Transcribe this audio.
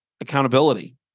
accountability